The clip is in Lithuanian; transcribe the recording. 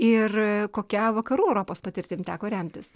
ir kokia vakarų europos patirtim teko remtis